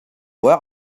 where